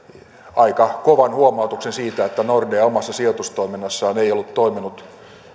aika kovan huomautuksen siitä että nordea omassa sijoitustoiminnassaan ei ollut toiminut